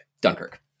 Dunkirk